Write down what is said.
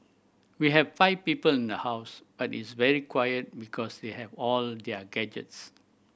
we have five people in the house but it's very quiet because they have all their gadgets